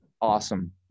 awesome